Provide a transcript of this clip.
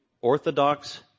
Orthodox